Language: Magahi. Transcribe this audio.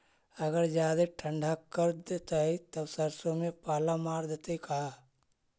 अगर जादे ठंडा कर देतै तब सरसों में पाला मार देतै का?